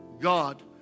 God